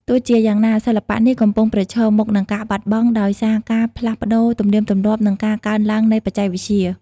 ទោះជាយ៉ាងណា សិល្បៈនេះកំពុងប្រឈមមុខនឹងការបាត់បង់ដោយសារការផ្លាស់ប្តូរទំនៀមទម្លាប់ និងការកើនឡើងនៃបច្ចេកវិទ្យា។